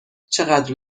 چقدر